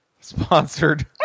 sponsored